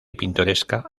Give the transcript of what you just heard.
pintoresca